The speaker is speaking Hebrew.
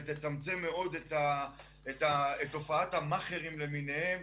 ותצמצם מאוד את תופעת המאכרים למיניהם.